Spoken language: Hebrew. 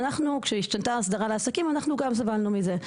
כשהשתנתה האסדרה לעסקים אנחנו גם סבלנו מזה.